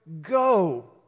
go